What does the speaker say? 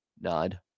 Nod